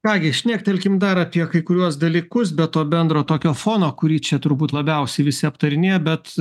ką gi šnektelkim dar apie kai kuriuos dalykus be to bendro tokio fono kurį čia turbūt labiausiai visi aptarinėja bet